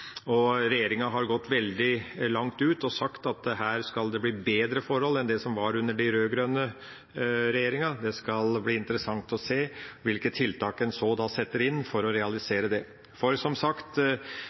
og regjeringa har gått ut veldig og sagt at her skal det bli bedre forhold enn de som var under den rød-grønne regjeringa. Det skal bli interessant å se hvilke tiltak en setter inn for å realisere det. For som sagt,